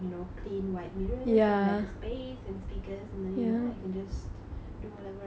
do whatever I want there it's actually very nice mm